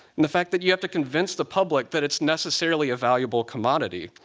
and the fact that you have to convince the public that it's necessarily a valuable commodity.